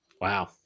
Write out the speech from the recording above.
Wow